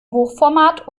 hochformat